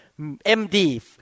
MD